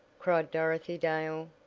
cried dorothy dale.